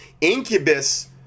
incubus